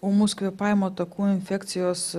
ūmus kvėpavimo takų infekcijos